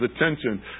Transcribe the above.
attention